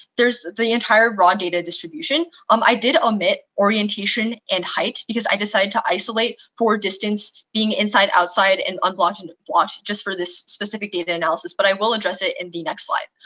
there's the entire raw data distribution. um i did omit orientation and height because i decided to isolate for distance being inside, outside, and unblocked and blocked just for this specific data analysis, but i will address it in the next slide.